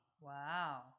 Wow